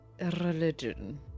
religion